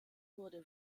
wurde